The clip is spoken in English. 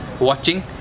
watching